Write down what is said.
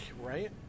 Right